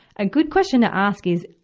a good question to ask is,